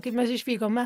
kai mes išvykome